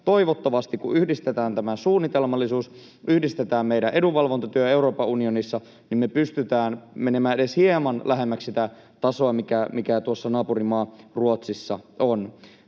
toivottavasti, kun yhdistetään tämän suunnitelmallisuus, yhdistetään meidän edunvalvontatyö Euroopan unionissa, me pystytään menemään edes hieman lähemmäksi sitä tasoa, mikä naapurimaa Ruotsissa on.